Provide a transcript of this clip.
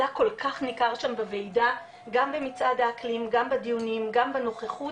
זה היה כל כך ניכר שם בוועידה גם במצעד האקלים גם בדיונים גם בנוכחות,